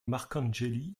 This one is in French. marcangeli